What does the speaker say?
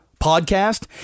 podcast